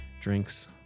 drinks